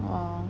!wah!